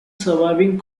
surviving